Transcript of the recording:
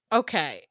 okay